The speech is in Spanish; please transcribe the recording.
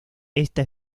esta